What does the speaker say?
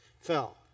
fell